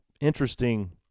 interesting